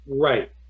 Right